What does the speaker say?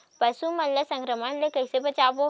पशु मन ला संक्रमण से कइसे बचाबो?